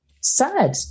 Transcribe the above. sad